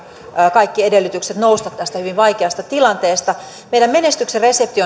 kaikki edellytykset nousta tästä hyvin vaikeasta tilanteesta meidän menestyksemme resepti